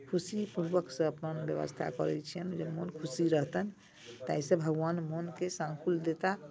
खुशी पूर्वकसँ अपन व्यवस्था करै छियनि जे मोन खुशी रहतनि ताहिसँ भगवान मोनके शांकुल देता